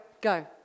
Go